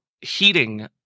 heating